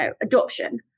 adoption